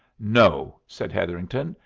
no, said hetherington.